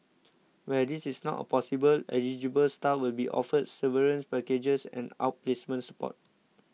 where this is not a possible eligible staff will be offered severance packages and outplacement support